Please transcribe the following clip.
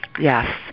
Yes